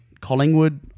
Collingwood